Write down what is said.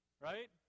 Right